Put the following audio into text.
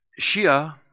Shia